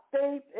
faith